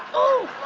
oh,